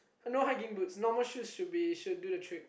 no hiking boots normal shoes should be should do the trick